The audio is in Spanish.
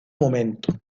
momento